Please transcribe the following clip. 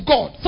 God